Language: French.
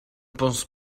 pense